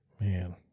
Man